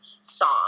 song